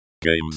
Games